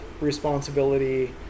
responsibility